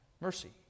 Mercy